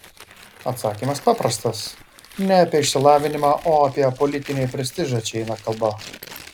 atsakymas paprastas ne apie išsilavinimą o apie politinį prestižą čia eina kalba